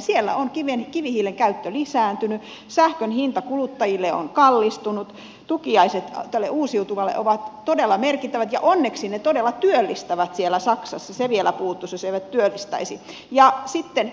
siellä on kivihiilen käyttö lisääntynyt sähkön hinta kuluttajille on kallistunut tukiaiset uusiutuvalle ovat merkittävät ja onneksi ne todella työllistävät siellä saksassa se vielä puuttuisi jos eivät työllistäisi ja